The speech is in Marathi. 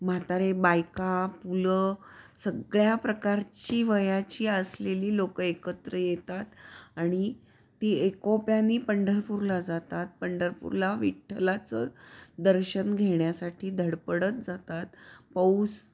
म्हातारे बायका मुलं सगळ्या प्रकारची वयाची असलेली लोकं एकत्र येतात आणि ती एकोप्याने पंढरपूरला जातात पंढरपूरला विठ्ठलाचं दर्शन घेण्यासाठी धडपडत जातात पाऊस